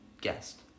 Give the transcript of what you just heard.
Guest